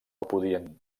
podien